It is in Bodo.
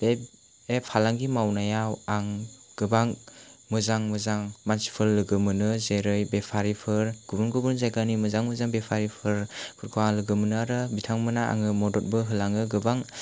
बे बे फालांगि मावनायाव आं गोबां मोजां मोजां मानसिफोर लोगो मोनो जेरै बेफारिफोर गुबुन गुबुन जायगानि मोजां मोजां बेफारिफोरखौ आं लोगो मोनो आरो बिथांमोना आङो मददबो होलाङो गोबां